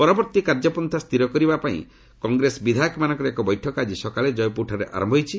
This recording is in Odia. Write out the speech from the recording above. ପରବର୍ତ୍ତୀ କାର୍ଯ୍ୟପନ୍ଥା ଉପରେ ଆଲୋଚନା କରିବା ପାଇଁ କଂଗ୍ରେସ ବିଧାୟକମାନଙ୍କର ଏକ ବୈଠକ ଆଜି ସକାଳେ ଜୟପୁରଠାରେ ଆରମ୍ଭ ହୋଇଛି